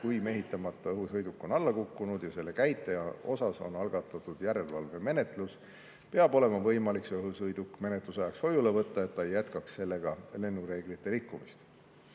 Kui mehitamata õhusõiduk on alla kukkunud ja selle käitleja suhtes on algatatud järelevalvemenetlus, peab olema võimalik sõiduk menetluse ajaks hoiule võtta, et ta ei jätkaks sellega lennureeglite rikkumist.